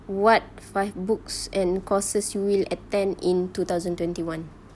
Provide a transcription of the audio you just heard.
what five books and courses you will attend in two thousand twenty one